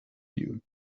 you